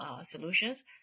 solutions